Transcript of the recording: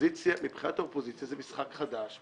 מבחינת האופוזיציה זה משחק חדש,